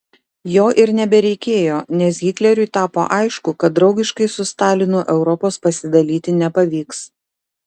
jo ir nebereikėjo nes hitleriui tapo aišku kad draugiškai su stalinu europos pasidalyti nepavyks